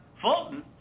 Fulton